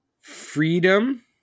Freedom